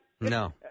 No